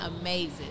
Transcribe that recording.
amazing